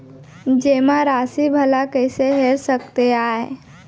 जेमा राशि भला कइसे हेर सकते आय?